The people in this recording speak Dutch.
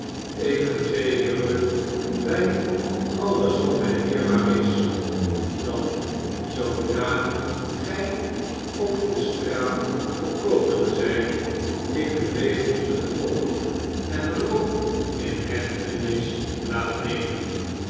ik verzeker u bij alles wat mij dierbaar is dat zoodra gij op de straat gekomen zijt ik u wegens bedrog en roof in hechtenis laat nemen